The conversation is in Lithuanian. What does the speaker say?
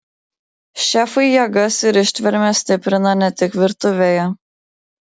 šefai jėgas ir ištvermę stiprina ne tik virtuvėje